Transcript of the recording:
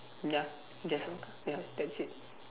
ya that's all ya that's it